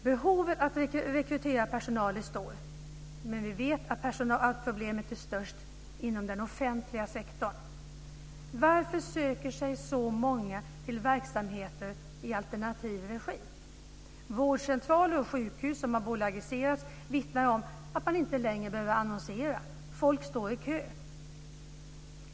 Behovet av att rekrytera personal är stort, men vi vet att problemet är störst inom den offentliga sektorn. Varför söker sig så många till verksamheter i alternativ regi? Vårdcentraler och sjukhus som har bolagiserats vittnar om att man inte längre behöver annonsera. Folk står i kö.